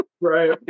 right